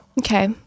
Okay